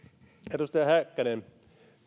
edustaja häkkänen